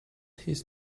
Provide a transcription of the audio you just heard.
his